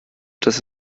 das